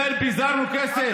זה פיזרנו כסף?